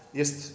jest